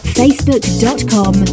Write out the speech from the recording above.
facebook.com